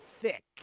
thick